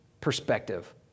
perspective